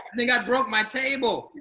think i broke my table.